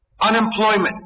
unemployment